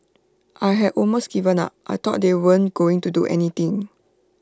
I had almost given up I thought they weren't going to do anything